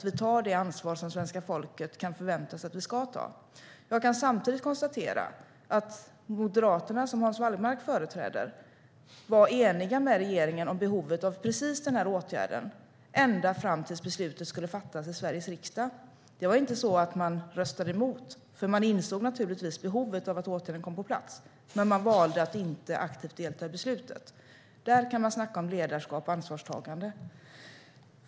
Vi tar det ansvar som svenska folket kan förvänta sig. Jag kan samtidigt konstatera att Moderaterna, som Hans Wallmark företräder, var eniga med regeringen om behovet av precis den här åtgärden ända fram till dess beslutet skulle fattas i Sveriges riksdag. Man röstade inte emot, för man insåg naturligtvis behovet av att åtgärden kom på plats, men man valde att inte aktivt delta i beslutet. Där kan man snacka om ledarskap och ansvarstagande!